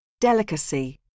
Delicacy